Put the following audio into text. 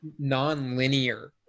nonlinear